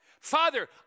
Father